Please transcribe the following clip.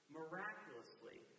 miraculously